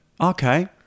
Okay